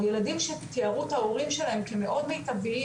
או ילדים שתיארו את ההורים שלהם כמאוד מיטביים,